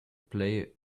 play